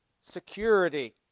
security